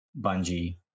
bungee